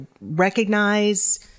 recognize